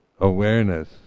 awareness